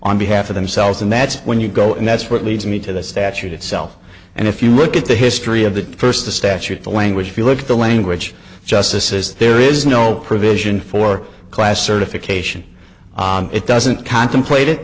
on behalf of themselves and that's when you go and that's what leads me to the statute itself and if you look at the history of the first the statute the language if you look at the language justices there is no provision for class certification it doesn't contemplate it